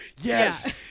Yes